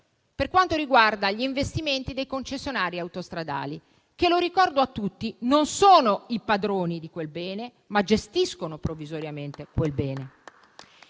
dei trasporti sugli investimenti dei concessionari autostradali, che - lo ricordo a tutti - non sono i padroni di quel bene, ma lo gestiscono provvisoriamente.